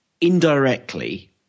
indirectly